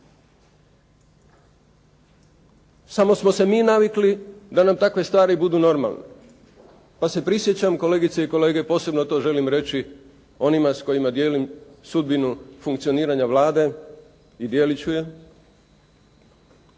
Samo smo se mi navikli da nam takve stvari budu normalne. Pa se prisjećam kolegice i kolege, posebno to želim reći, onima s kojima dijelim sudbinu funkcioniranja Vlade i dijelit ću je,